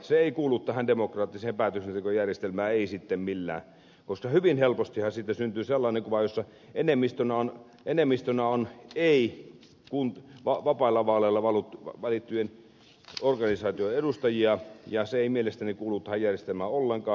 se ei kuulu tähän demokraattiseen päätöksentekojärjestelmään ei sitten millään koska hyvin helposti siitä syntyy sellainen kuva jossa enemmistönä on ei vapailla vaaleilla valittujen organisaatioiden edustajia ja se ei mielestäni kuulu tähän järjestelmään ollenkaan